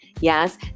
yes